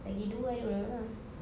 lagi dua I don't know lah